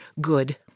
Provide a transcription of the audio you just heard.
good